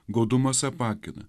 godumas apakina